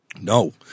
No